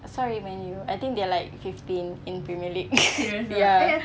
sorry man U I think they are like fifteen in premier league ya